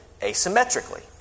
asymmetrically